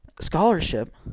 scholarship